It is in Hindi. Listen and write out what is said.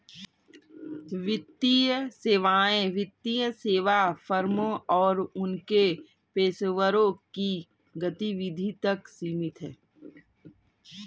वित्तीय सेवाएं वित्तीय सेवा फर्मों और उनके पेशेवरों की गतिविधि तक सीमित हैं